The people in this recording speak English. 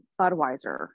Budweiser